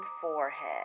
forehead